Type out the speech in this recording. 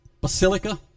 Basilica